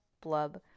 Blub